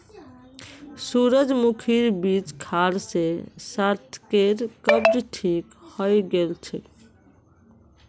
सूरजमुखीर बीज खाल से सार्थकेर कब्ज ठीक हइ गेल छेक